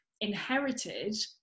inherited